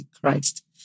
Christ